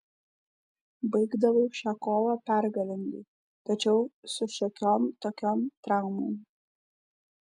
baigdavau šią kovą pergalingai tačiau su šiokiom tokiom traumom